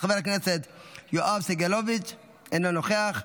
חבר הכנסת יואב סגלוביץ' אינו נוכח,